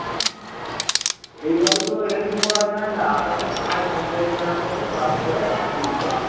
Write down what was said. হুম এইভাবে তো হেল্প করা যায় না আপনাকে থানায় কমপ্লেন জানাতে হবে তারপরে পুলিশ যাবে